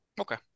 Okay